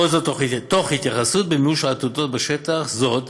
וכל זאת תוך התייחסות למימוש העתודות בשטח זה.